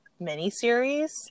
miniseries